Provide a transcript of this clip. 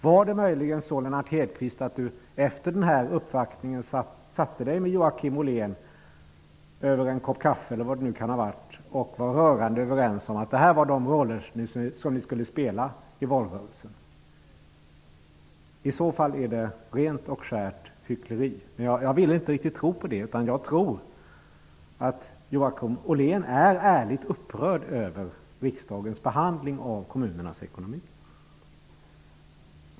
Satte sig möjligen Lennart Hedquist efter den här uppvaktningen med Joakim Ollén över en kopp kaffe eller vad det kan ha varit och var rörande överens om att det här var de roller som de skulle spela i valrörelsen? I så fall är det rent och skärt hyckleri. Jag vill inte riktigt tro på det, utan jag tror att Joakim Ollén är ärligt upprörd över riksdagens behandling av kommunernas ekonomi.